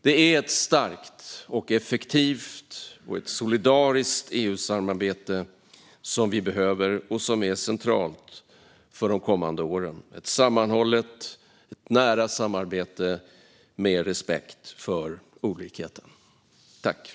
Det är ett starkt, effektivt och solidariskt EU-samarbete som vi behöver och som är centralt för de kommande åren - ett sammanhållet och nära samarbete med respekt för olikheter.